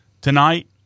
tonight